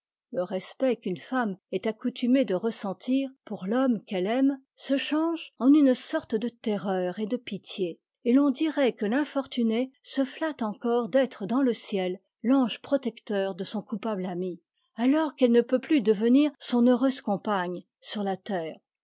le respect qu'une femme est accoutumée de ressentir pour l'homme qu'elle aime se change en une sorte de terreur et de pitié et l'on dirait que l'infortunée se flatte encore d'être dans le ciel l'ange protecteur de son coupable ami alors qu'elle ne peut plus devenir son heureuse compagne sur la terre